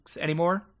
anymore